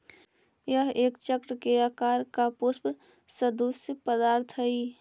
यह एक चक्र के आकार का पुष्प सदृश्य पदार्थ हई